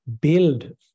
build